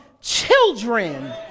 children